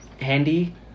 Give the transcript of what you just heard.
Handy